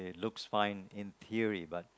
looks fine in theory but